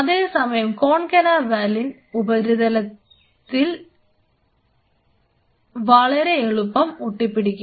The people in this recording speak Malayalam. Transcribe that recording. അതേസമയം കോൺകന വാലിന്റെ ഉപരിതലത്തിൽ വളരെ എളുപ്പം ഒട്ടി പിടിക്കും